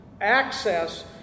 access